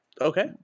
Okay